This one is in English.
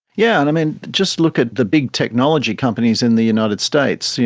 yeah and um and just look at the big technology companies in the united states. you